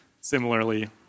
similarly